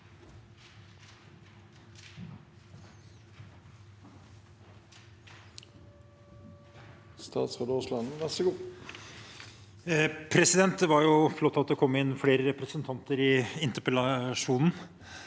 Det var jo flott at det kom inn flere representanter i interpellasjonen,